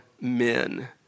men